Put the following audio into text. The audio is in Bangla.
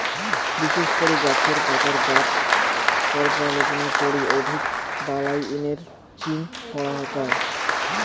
বিশেষ করি গছের পাতার গাব পর্যালোচনা করি অধিক বালাইয়ের চিন করাং যাই